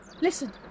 Listen